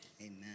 Amen